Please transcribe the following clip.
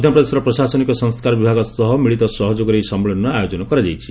ମଧ୍ୟପ୍ରଦେଶର ପ୍ରଶାସନିକ ସଂସ୍କାର ବିଭାଗ ସହ ମିଳିତ ସହଯୋଗରେ ଏହି ସମ୍ମିଳନୀର ଆୟୋଜନ କରାଯାଇଛି